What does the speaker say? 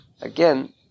Again